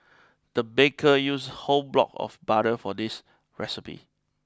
the baker used whole block of butter for this recipe